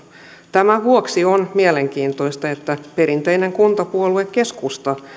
tämän vuoksi on mielenkiintoista että perinteinen kuntapuolue keskusta